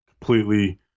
completely